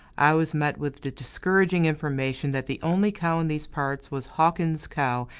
i was met with the discouraging information that the only cow in these parts was hawkins' cow,